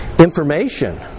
Information